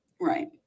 right